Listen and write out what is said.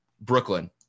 Brooklyn